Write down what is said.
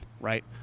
right